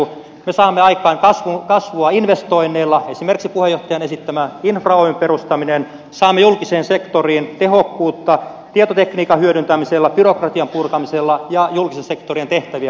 me saamme aikaan kasvua investoinneilla esimerkiksi puheenjohtajan esittämä infra oyn perustaminen ja saamme julkiseen sektoriin tehokkuutta tietotekniikan hyödyntämisellä byrokratian purkamisella ja julkisen sektorin tehtävien karsimisella